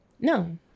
no